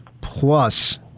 plus